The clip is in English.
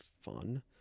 fun